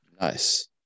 Nice